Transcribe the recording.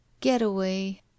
getaway